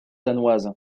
danoise